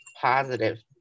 positive